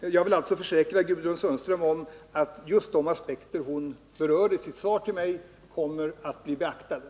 Jag vill alltså försäkra Gudrun Sundström om att just de aspekter hon berört i sin replik till mig kommer att bli beaktade.